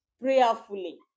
prayerfully